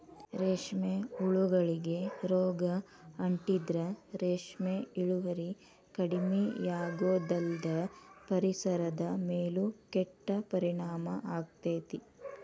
ರೇಷ್ಮೆ ಹುಳಗಳಿಗೆ ರೋಗ ಅಂಟಿದ್ರ ರೇಷ್ಮೆ ಇಳುವರಿ ಕಡಿಮಿಯಾಗೋದಲ್ದ ಪರಿಸರದ ಮೇಲೂ ಕೆಟ್ಟ ಪರಿಣಾಮ ಆಗ್ತೇತಿ